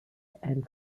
and